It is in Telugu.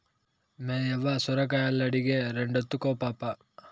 మేయవ్వ సొరకాయలడిగే, రెండెత్తుకో పాపా